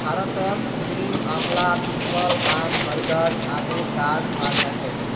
भारतत नीम, आंवला, पीपल, आम, बरगद आदिर गाछ पाल जा छेक